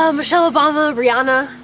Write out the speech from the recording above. um michelle obama, rihanna.